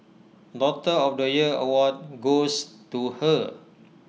daughter of the year award goes to her